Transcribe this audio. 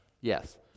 Yes